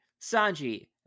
Sanji